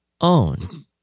own